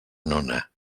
nona